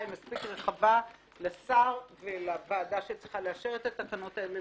הא מספיק רחבה לשר ולוועדה שצריכה לאשר את התקנות האלה,